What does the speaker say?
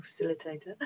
facilitator